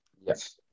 Yes